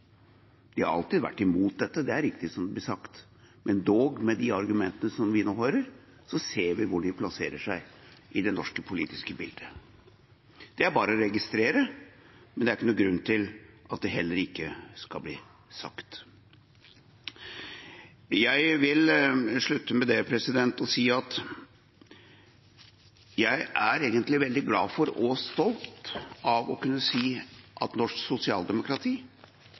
De har alltid vært imot dette – det er riktig som det blir sagt – men dog, med de argumentene som vi nå hører, ser vi hvor de plasserer seg i det norske politiske bildet. Det er bare å registrere, men det er ikke noen grunn til at det ikke skal bli sagt. Jeg vil avslutte med at jeg egentlig er veldig glad for og stolt av å kunne si at norsk sosialdemokrati